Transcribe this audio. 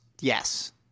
yes